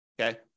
Okay